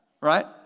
right